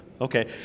Okay